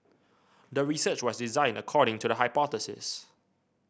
the research was designed according to the hypothesis